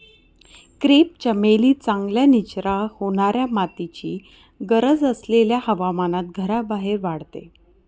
crepe चमेली चांगल्या निचरा होणाऱ्या मातीची गरज असलेल्या हवामानात घराबाहेर वाढते